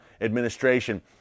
administration